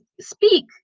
speak